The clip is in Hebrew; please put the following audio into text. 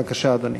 בבקשה, אדוני.